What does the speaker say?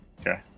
Okay